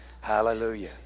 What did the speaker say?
Hallelujah